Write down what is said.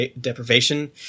deprivation